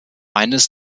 eines